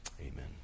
Amen